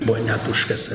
buvo net užkasa